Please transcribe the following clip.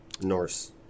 Norse